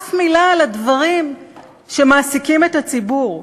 אף מילה על הדברים שמעסיקים את הציבור.